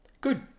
Good